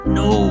no